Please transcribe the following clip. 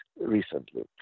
recently